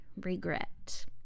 regret